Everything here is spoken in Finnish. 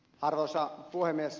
arvoisa puhemies